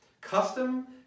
Custom